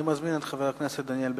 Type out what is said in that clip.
אני מזמין את חבר הכנסת דניאל בן-סימון.